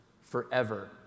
forever